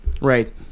Right